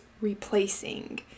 replacing